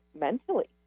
mentally